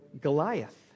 Goliath